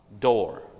door